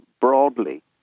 broadly